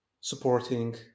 supporting